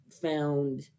found